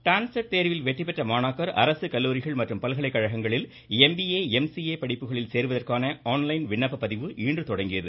டான்செட் தேர்வில் வெற்றி பெற்ற மாணாக்கர் அரசு கல்லூரிகள் மற்றும் பல்கலைக்கழகங்களில் எம்பிஏ எம்சிஏ எபடிப்புகளில் சேருவதற்கான ஆன்லைன் விண்ணப்ப பதிவு இன்று தொடங்கியது